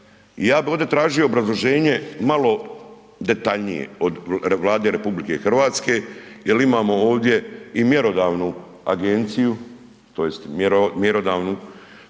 ja bih ovdje tražio obrazloženje malo detaljnije od Vlade RH jer imamo ovdje i mjerodavnu agenciju tj. mjerodavnu koja